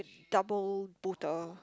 double boater